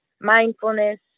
mindfulness